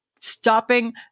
stopping